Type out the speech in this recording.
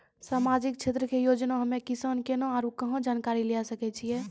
समाजिक क्षेत्र के योजना हम्मे किसान केना आरू कहाँ जानकारी लिये सकय छियै?